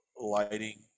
lighting